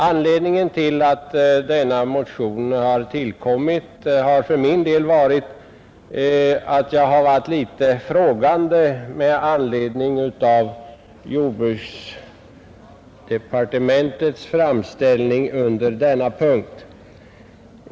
Anledningen till att denna motion tillkommit har för min del varit att jag har ställt mig litet frågande inför jordbruksdepartementets framställning under denna punkt.